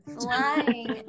flying